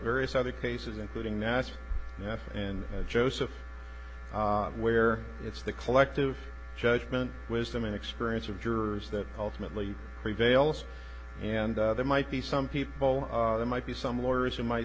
various other cases including that and joseph where it's the collective judgment wisdom and experience of jurors that ultimately prevails and there might be some people that might be some lawyers who might